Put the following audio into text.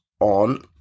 on